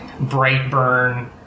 Brightburn